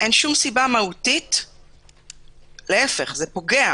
זה פוגע